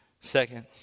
Second